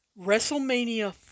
WrestleMania